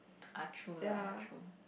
ah true lah true